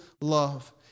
love